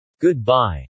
Goodbye